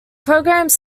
programs